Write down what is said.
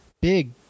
big